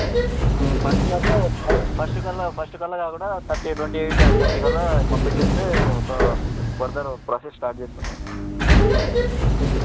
first అయితే first ఫస్ట్కల్లా ఫస్ట్కల్లా కాకుండా థర్టీ ట్వంటీ ఎయిట్ థర్టీకల్లా పంపించేస్తే మేము ఫర్దర్ ప్రాసెస్ స్టార్ట్ చేస్తాం మేము మీరు తెచ్చేసేయండి